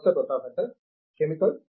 professor Pratap Haridas chemicals